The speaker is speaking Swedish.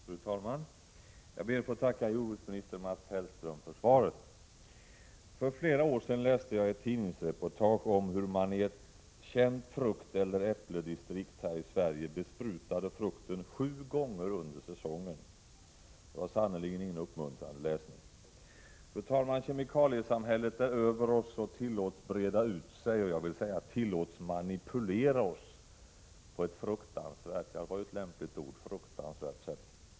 Fru talman! Jag ber att få tacka jordbruksminister Mats Hellström för svaret. För flera år sedan läste jag ett tidningsreportage om hur man i ett känt fruktodlingsdistrikt här i Sverige besprutade frukten sju gånger under säsongen. Det var sannerligen ingen uppmuntrande läsning. Fru talman! Kemikaliesamhället är över oss och tillåts breda ut sig. Jag vill säga tillåts manipulera oss på ett fruktansvärt — ja, det var ett lämpligt ord — sätt.